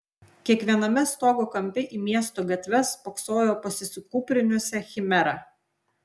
kiekviename stogo kampe į miesto gatves spoksojo po susikūprinusią chimerą